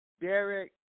Derek